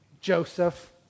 Joseph